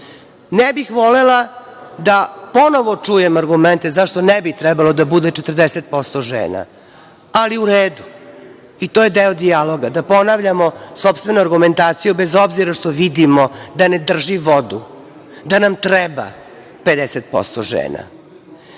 bih volela da ponovo čujem argumente zašto ne bi trebalo da bude 40% žena. Ali, u redu, i to je deo dijaloga da ponavljamo sopstvenu argumentaciju bez obzira što vidimo da ne drži vodu, da nam treba 50% žena.Zašto